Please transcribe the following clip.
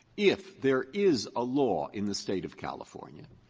if there is a law in the state of california,